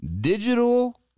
digital